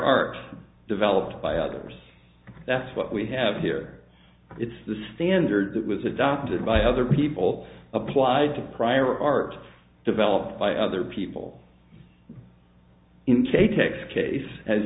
art developed by others that's what we have here it's the standard that was adopted by other people applied to prior art developed by other people in k tex case as